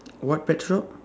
what pet shop